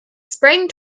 sprang